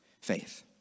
faith